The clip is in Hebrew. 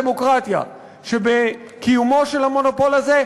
אנחנו רואים את האיום על הדמוקרטיה שבקיומו של המונופול הזה,